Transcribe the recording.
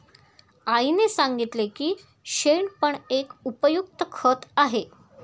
आईने सांगितले की शेण पण एक उपयुक्त खत आहे